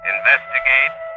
Investigate